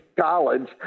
college